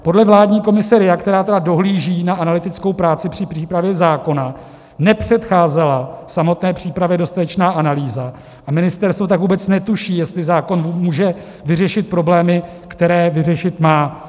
Podle vládní komise RIA, která tedy dohlíží na analytickou práci při přípravě zákona, nepředcházela samotné přípravě dostatečná analýza, a ministerstvo tak vůbec netuší, jestli zákon může vyřešit problémy, které vyřešit má.